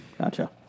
Gotcha